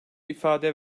ifade